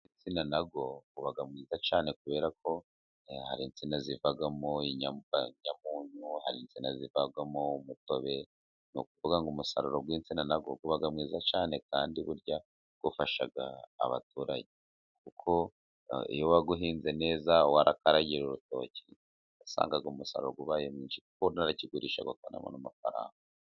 Umusaruro w'insina nawo uba mwiza cyane, kubera ko hari insina zivamo inyamunyo, hari insina zivamo umutobe, ni ukuvuga ngo umusaruro w'insina nawo uba mwiza cyane kandi burya wafasha n'abaturanyi, kuko iyo wawuhinze neza warakoreye urutoki usanga umusaruro ubaye mwinshi kuko unarakigurisha ukobona amafaranga.